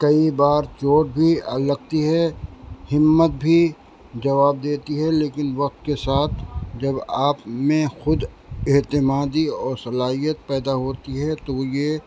کئی بار چوٹ بھی الگتی ہے ہمت بھی جواب دیتی ہے لیکن وقت کے ساتھ جب آپ میں خود اعتمادی اور صلاحیت پیدا ہوتی ہے تو یہ